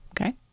Okay